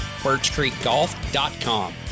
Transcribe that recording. birchcreekgolf.com